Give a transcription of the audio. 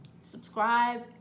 subscribe